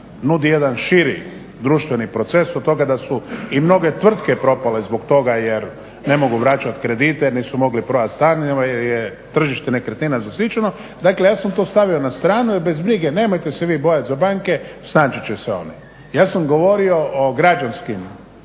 nudi jedan širi društveni proces od toga da su i mnoge tvrtke propale zbog toga jer ne mogu vraćati kredite, nisu mogli prodati stanove jer je tržište nekretnina zasićeno. Dakle, ja sam to stavio na stranu, jer bez brige. Nemojte se vi bojati za banke, snaći će se oni. Ja sam govorio o građanskim